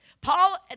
Paul